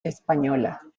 española